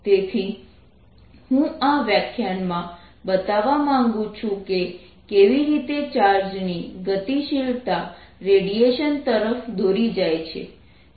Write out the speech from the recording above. તેથી હું આ વ્યાખ્યાનમાં બતાવવા માંગું છું કે કેવી રીતે ચાર્જની ગતિશીલતા રેડિયેશન તરફ દોરી જાય છે